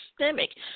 systemic